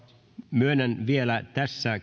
myönnän vielä tässä